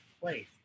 place